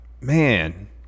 man